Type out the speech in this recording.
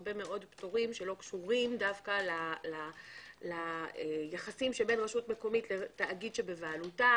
הרבה דברים שלא קשורים דווקא ליחסים שבין רשות מקומית לתאגיד בבעלותה.